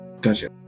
Gotcha